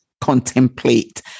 contemplate